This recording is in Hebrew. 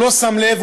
הוא לא שם לב,